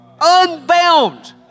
unbound